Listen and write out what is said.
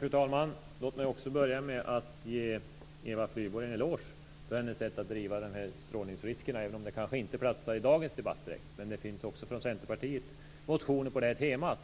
Fru talman! Låt mig också börja med att ge Eva Flyborg en eloge för hennes sätt att driva frågan om strålningsriskerna, även om den kanske inte platsar direkt i dagens debatt. Men det finns också från Centerpartiet motioner på detta tema